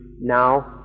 Now